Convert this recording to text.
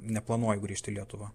neplanuoju grįžt į lietuvą